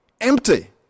Empty